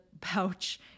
pouch